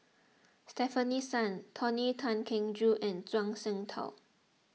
Stefanie Sun Tony Tan Keng Joo and Zhuang Shengtao